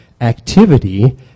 activity